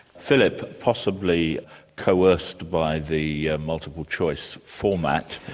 philip, possibly coerced by the multiple choice format,